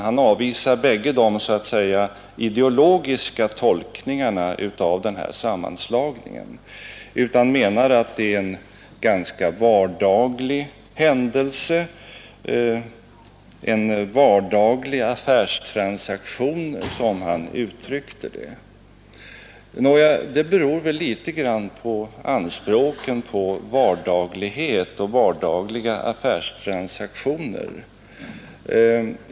Han avvisar båda de så att säga ideologiska tolkningarna av denna sammanslagning och menar att det är en ganska vardaglig händelse, en vardaglig affärstransaktion, som han uttryckte det. Nåja, det beror litet grand på anspråken på vardaglighet och vardagliga affärstransaktioner.